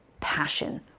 passion